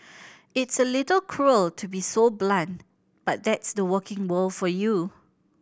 it's a little cruel to be so blunt but that's the working world for you